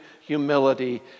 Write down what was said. humility